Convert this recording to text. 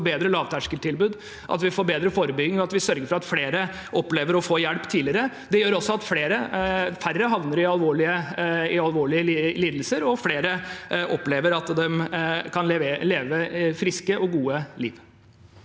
at vi får bedre lavterskeltilbud, at vi får bedre forebygging, og at vi sørger for at flere opplever å få hjelp tidligere. Det gjør også at færre havner i alvorlige lidelser, og at flere opplever at de kan leve et friskt og godt liv.